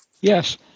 Yes